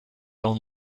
own